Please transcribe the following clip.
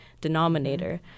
denominator